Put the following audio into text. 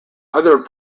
other